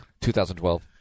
2012